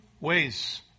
ways